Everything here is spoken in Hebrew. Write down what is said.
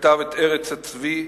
כשכתב את "ארץ הצבי"